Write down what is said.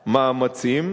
המאמצים.